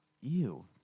Ew